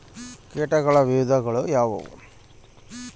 ಕೇಟಗಳ ವಿಧಗಳು ಯಾವುವು?